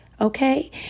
okay